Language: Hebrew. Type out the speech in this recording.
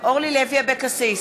אורלי לוי אבקסיס,